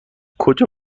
کجا